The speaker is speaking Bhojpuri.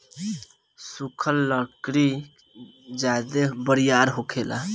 सुखल लकड़ी ज्यादे बरियार होखेला